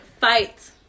fight